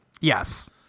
Yes